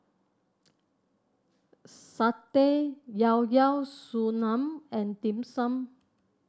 Satay Llao Llao Sanum and Dim Sum